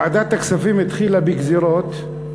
ועדת הכספים התחילה בגזירות,